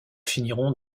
finiront